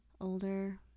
older